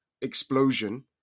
explosion